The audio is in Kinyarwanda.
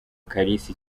kalisa